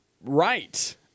right